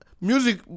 music